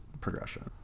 progression